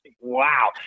wow